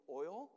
oil